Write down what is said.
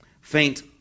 faint